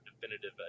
definitive